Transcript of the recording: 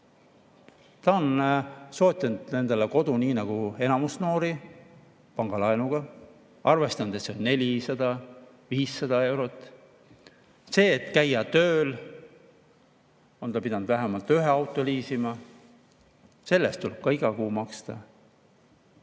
sa oled soetanud endale kodu nii nagu enamus noori pangalaenuga, arvestanud, et see on 400–500 eurot. Selleks, et käia tööl, on [pere] pidanud vähemalt ühe auto liisima. Selle eest tuleb ka iga kuu maksta.